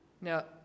Now